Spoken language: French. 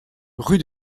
rue